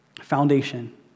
foundation